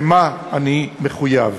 לְמָה אני מחויב.